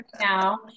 now